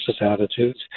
attitudes